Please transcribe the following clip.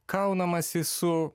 kaunamasi su